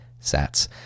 sats